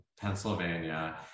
Pennsylvania